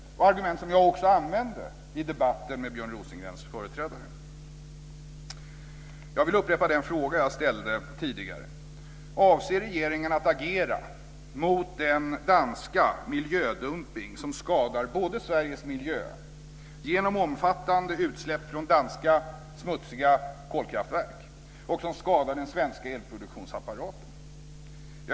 Det var också argument som jag använde i debatten med Jag vill upprepa den fråga jag ställde tidigare: Avser regeringen att agera mot den danska miljödumpning som både skadar Sveriges miljö genom omfattande utsläpp från danska smutsiga kolkraftverk och skadar den svenska energiproduktionsapparaten?